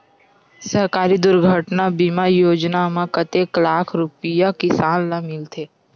सहकारी दुर्घटना बीमा योजना म कतेक लाख रुपिया किसान ल मिलथे?